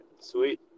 sweet